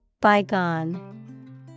Bygone